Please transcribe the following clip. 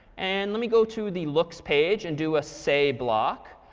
and let me go to the looks page and do a say block.